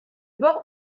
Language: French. port